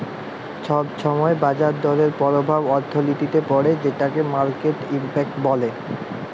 ছব ছময় বাজার দরের পরভাব অথ্থলিতিতে পড়ে যেটকে মার্কেট ইম্প্যাক্ট ব্যলে